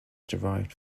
derived